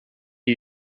did